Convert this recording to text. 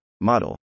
model